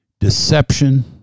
Deception